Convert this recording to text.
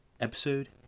episode